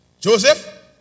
Joseph